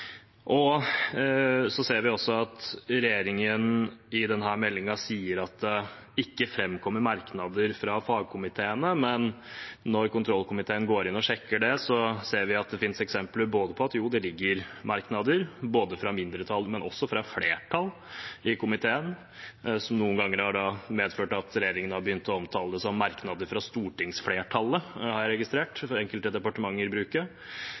ser også at regjeringen i denne meldingen sier at det ikke framkommer merknader fra fagkomiteene, men når kontrollkomiteen går inn og sjekker det, ser vi at det finnes eksempler på at det ligger merknader fra mindretall, men også fra flertall, i komiteen, noe som noen ganger har medført at regjeringen har begynt å omtale det som merknader fra stortingsflertallet – det har jeg registrert at enkelte departementer